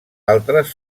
altres